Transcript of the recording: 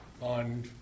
on